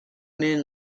moon